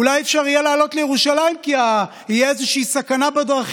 אולי לא יהיה אפשר לעלות לירושלים כי תהיה איזושהי סכנה בדרכים,